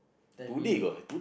ten million